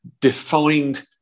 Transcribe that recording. defined